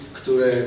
które